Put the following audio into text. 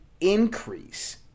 increase